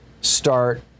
start